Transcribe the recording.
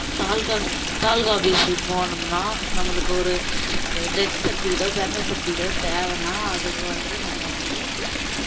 taluka office taluka ஆஃபிஸ்க்கு போனோம்னா நம்மளுக்கு ஒரு டெத் செர்டிஃபிகேட்டோ பிறந்த செர்டிஃபிகேட்டோ தேவைனா அதுக்கு வந்து நம்ம வந்து